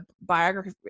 biography